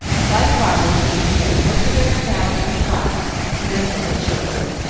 why farmers seem to care more for their cattle and crops than for their children,